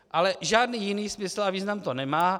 Ale žádný jiný smysl a význam to nemá.